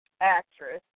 actress